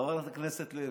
חברת הכנסת לוי,